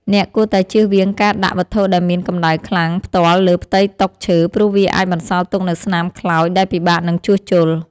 អ្នកគួរតែជៀសវាងការដាក់វត្ថុដែលមានកម្ដៅខ្លាំងផ្ទាល់លើផ្ទៃតុឈើ ព្រោះវាអាចបន្សល់ទុកនូវស្នាមខ្លោចដែលពិបាកនឹងជួសជុល។